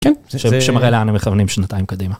כן, שמראה לאן הם מכוונים שנתיים קדימה.